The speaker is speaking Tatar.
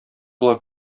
була